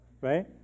right